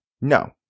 No